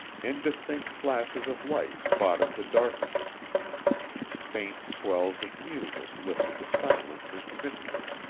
indistinct flashes of light spotted the darknesses faint swells of music lifted the silence intermittently.